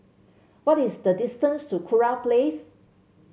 what is the distance to Kurau Place